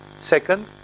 second